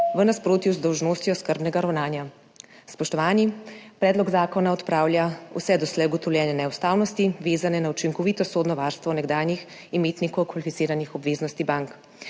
v nasprotju z dolžnostjo skrbnega ravnanja. Spoštovani! Predlog zakona odpravlja vse doslej ugotovljene neustavnosti, vezane na učinkovito sodno varstvo nekdanjih imetnikov kvalificiranih obveznosti bank.